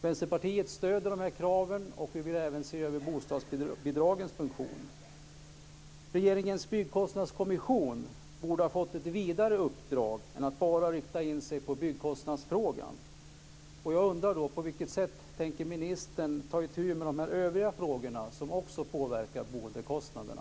Vänsterpartiet stöder de här kraven. Vi vill även se över bostadsbidragens funktion. Regeringens byggkostnadskommission borde ha fått ett vidare uppdrag än att bara rikta in sig på byggkostnadsfrågan. Jag undrar på vilket sätt ministern tänker ta itu med de här övriga frågorna som också påverkar boendekostnaderna.